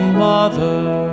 mother